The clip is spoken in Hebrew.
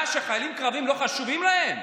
מה, שחיילים קרביים לא חשובים להם?